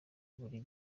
buri